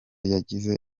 yagiye